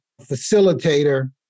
facilitator